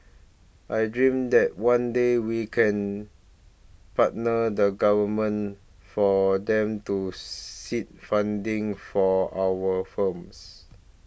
I dream that one day we can partner the Government for them to seed funding for our farms